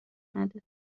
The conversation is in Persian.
نده